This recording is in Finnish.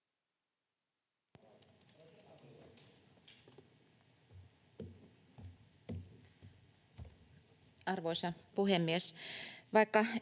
Arvoisa puhemies!